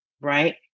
right